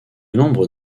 nombre